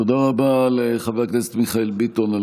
תודה רבה לחבר הכנסת מיכאל ביטון על